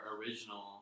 original